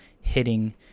hitting